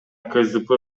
ксдп